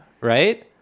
right